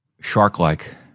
Shark-like